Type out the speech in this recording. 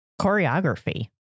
choreography